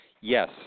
yes